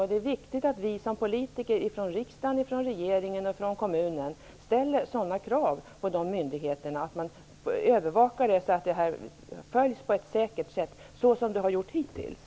Det är också viktigt att vi politiker från riksdag, regering och kommuner ställer krav på att myndigheterna även i framtiden övervakar säkerheten på samma sätt som man har gjort hittills.